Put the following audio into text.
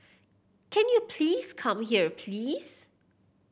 can you please come here please